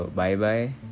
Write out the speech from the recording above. bye-bye